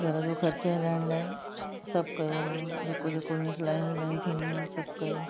घर जो ख़र्चो हलाइण लाइ सभु कयो मां जेको जेको सिलायूं विलायूं थींदियूं आहिनि सभु कयो